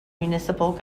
municipal